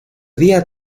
día